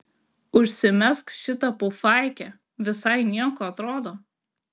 užsimesk šitą pufaikę visai nieko atrodo